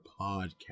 Podcast